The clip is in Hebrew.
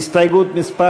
הסתייגות מס'